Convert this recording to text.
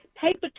paper